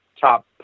top